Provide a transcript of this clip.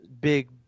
big